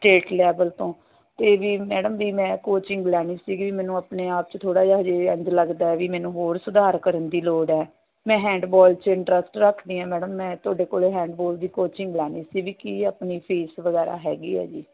state level ਤੋਂ ਅਤੇ ਵੀ ਮੈਡਮ ਵੀ ਮੈਂ ਕੋਚਿੰਗ ਲੈਣੀ ਸੀਗੀ ਵੀ ਮੈਨੂੰ ਆਪਣੇ ਆਪ 'ਚ ਥੋੜ੍ਹਾ ਜਿਹਾ ਹਜੇ ਇੰਝ ਲੱਗਦਾ ਹੈ ਵੀ ਮੈਨੂੰ ਹੋਰ ਸੁਧਾਰ ਕਰਨ ਦੀ ਲੋੜ ਹੈ ਮੈਂ ਹੈਂਡਬੋਲ 'ਚ ਇੰਟਰਸਟ ਰੱਖਦੀ ਹਾਂ ਮੈਡਮ ਮੈਂ ਤੁਹਾਡੇ ਕੋਲੇ ਹੈਂਡਬੋਲ ਦੀ ਕੋਚਿੰਗ ਲੈਣੀ ਸੀ ਵੀ ਕਿ ਆਪਣੀ ਫੀਸ ਵਗੈਰਾ ਹੈਗੀ ਆ ਜੀ